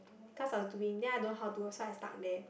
because I was doing then I don't know how to do so I stuck there